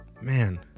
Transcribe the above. man